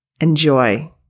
Enjoy